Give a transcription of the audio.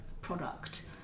product